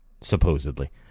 Supposedly